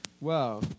Wow